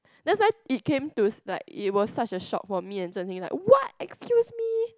that's why it came to like it was such a shock for me and Zi-Xin like what excuse me